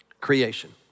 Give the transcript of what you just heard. Creation